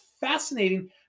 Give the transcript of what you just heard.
fascinating